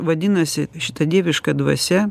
vadinasi šita dieviška dvasia